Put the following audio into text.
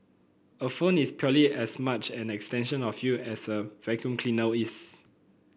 a phone is purely as much an extension of you as a vacuum cleaner is